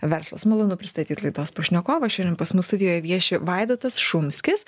verslas malonu pristatyt laidos pašnekovą šiandien pas mus studijoj vieši vaidotas šumskis